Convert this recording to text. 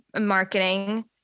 marketing